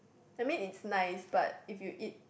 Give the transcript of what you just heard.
I mean it's nice but if you eat